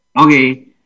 okay